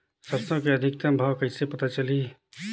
सरसो के अधिकतम भाव कइसे पता चलही?